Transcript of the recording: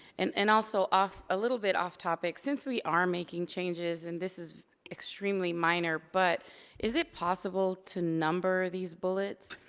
and and also, a ah little bit off topic. since we are making changes, and this is extremely minor, but is it possible to number these bullets?